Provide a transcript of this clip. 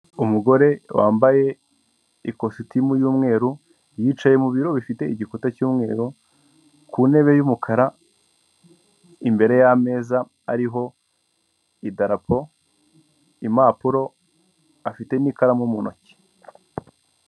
Umugore wambaye ikositimu y'umweru yicaye mu biro bifite igikuta cy'umweru, ku ntebe y'umukara, imbere y'ameza ariho idarapo, impapuro, afite n'ikaramu mu ntoki.